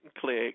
Click